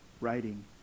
writing